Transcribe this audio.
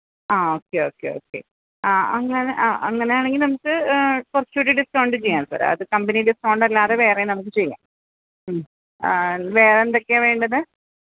ആ okay okay okay ആ അങ്ങനെ ആ അങ്ങനെയാണെങ്കില് നമുക്ക് കുറച്ചുകൂടി ഡിസ്ക്കൗണ്ട് ചെയ്യാം സാര് അത് കമ്പനിയുടെ ഡിസ്കൗണ്ട് അല്ലാതെ വേറെ നമുക്ക് ചെയ്യാം ഉം വേറെ എന്തൊക്കെയാണ് വേണ്ടത്